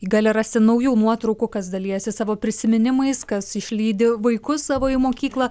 gali rasti naujų nuotraukų kas dalijasi savo prisiminimais kas išlydi vaikus savo į mokyklą